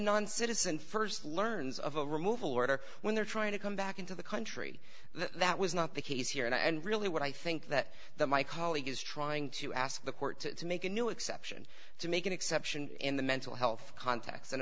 non citizen st learns of a removal order when they're trying to come back into the country that was not the case here and really what i think that my colleague is trying to ask the court to make a new exception to make an exception in the mental health context and